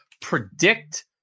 Predict